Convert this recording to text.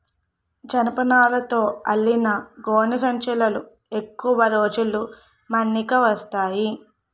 జనపనారతో అల్లిన గోనె సంచులు ఎక్కువ రోజులు మన్నిక వస్తాయి